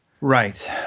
Right